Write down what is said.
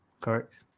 Correct